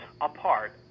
apart